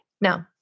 No